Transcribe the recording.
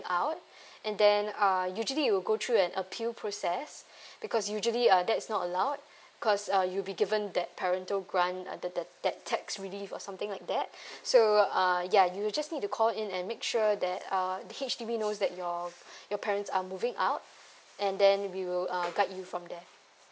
out and then uh usually you'll go through an appeal process because usually uh that is not allowed because uh you'll be given that parental grant under the the the tax relief or something like that so uh ya you just need to call in and make sure that uh H_D_B knows that your your parents are moving out and then we will uh quite you from there